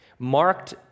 marked